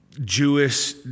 Jewish